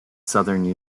southern